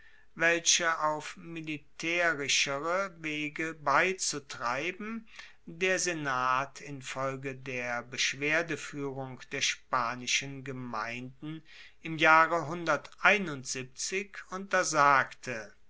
welche auf militaerischere wege beizutreiben der senat infolge der beschwerdefuehrung der spanischen gemeinden im jahre untersagte